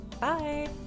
Bye